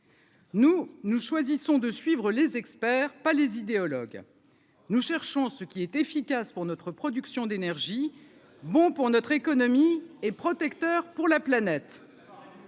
Nous nous choisissons de suivre les experts pas les idéologues nous cherchons ce qui est efficace pour notre production d'énergie bon pour notre économie et protecteur pour la planète,